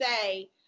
say